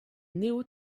néo